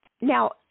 now